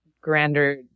grander